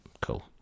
cool